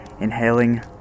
Inhaling